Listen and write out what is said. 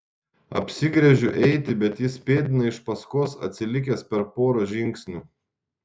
apsigręžiu eiti bet jis pėdina iš paskos atsilikęs per porą žingsnių